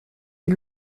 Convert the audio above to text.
des